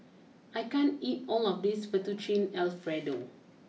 I can't eat all of this Fettuccine Alfredo